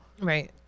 Right